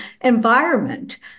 environment